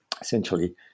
essentially